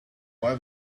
why